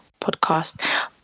podcast